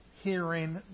Hearing